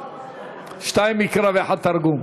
שניים מקרא ואחד תרגום.